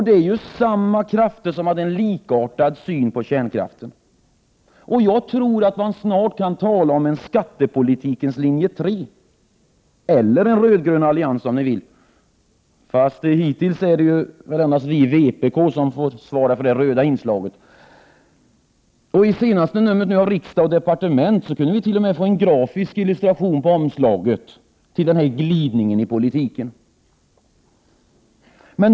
Det är samma krafter som hade en likartad syn på kärnkraften, och jag tror att man snart kan tala om en skattepolitikens linje 3 eller en röd-grön allians, om ni så vill. Fast hittills är det väl endast vi i vpk som fått svara för det röda inslaget. I senaste numret av Från Riksdag och Departement kunde vi t.o.m. få en grafisk illustration på omslaget till denna glidning i politiken.